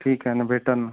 ठीक आहे ना भेटंल ना